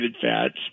fats